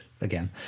again